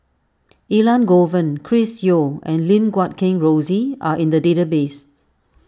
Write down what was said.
Elangovan Chris Yeo and Lim Guat Kheng Rosie are in the database